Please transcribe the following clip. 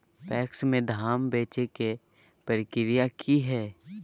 PACS में धाम बेचे के प्रक्रिया की हय?